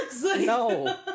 No